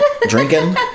drinking